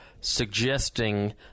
suggesting